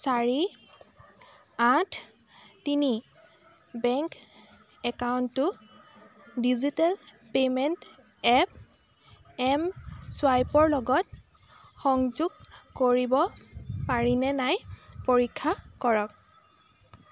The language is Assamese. চাৰি আঠ তিনি বেংক একাউণ্টটো ডিজিটেল পে'মেণ্ট এপ এমচুৱাইপৰ লগত সংযোগ কৰিব পাৰিনে নাই পৰীক্ষা কৰক